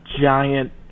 giant